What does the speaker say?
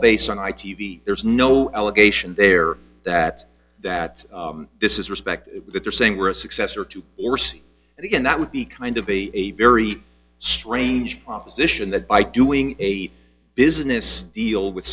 based on i t v there's no allegation there that that this is respect that they're saying we're a successor to orce and again that would be kind of a very strange proposition that by doing a business deal with